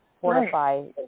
fortify